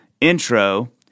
Intro